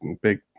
big